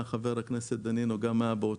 חוץ מכביש 40 תיקנתם עוד